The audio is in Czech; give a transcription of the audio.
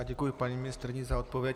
Děkuji paní ministryni za odpověď.